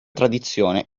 tradizione